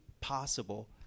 possible